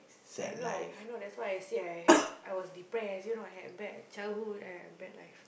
I know I know that's why I said I had I was depressed you know I had bad childhood I had a bad life